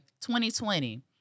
2020